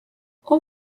all